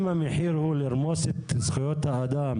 אם המחיר הוא לרמוס את זכויות האדם